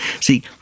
See